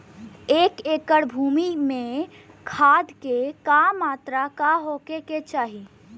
एक एकड़ भूमि में खाद के का मात्रा का होखे के चाही?